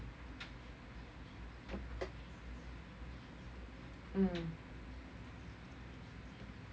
mm